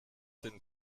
den